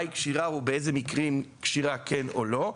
מהי קשירה ובאיזה מקרים מותר לקשור או לא.